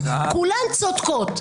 כולן צודקות.